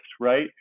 right